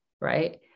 right